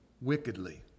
wickedly